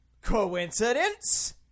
coincidence